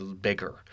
bigger